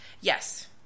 Yes